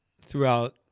throughout